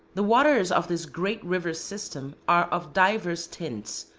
the waters of this great river system are of divers tints.